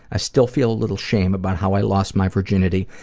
i still feel a little shame about how i lost my virginity,